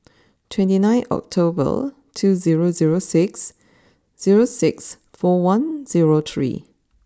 twenty nine October two zero zero six zero six four one zero three